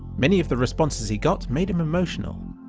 many of the responses he got made him emotional.